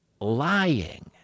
lying